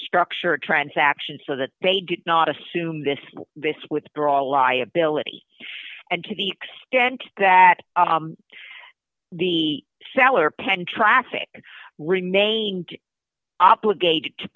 structure a transaction so that they did not assume this this withdrawal liability and to the extent that the salar penned traffic remained oppa gated to